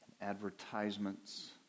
Advertisements